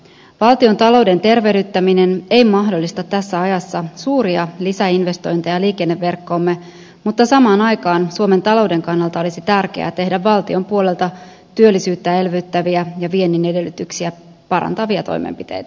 valtion talouden tervehdyttäminen ei mahdollista tässä ajassa suuria lisäinvestointeja liikenneverkkoomme mutta samaan aikaan suomen talouden kannalta olisi tärkeää tehdä valtion puolelta työllisyyttä elvyttäviä ja viennin edellytyksiä parantavia toimenpiteitä